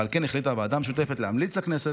ועל כן החליטה הוועדה המשותפת להמליץ לכנסת